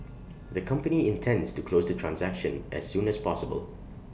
the company intends to close the transaction as soon as possible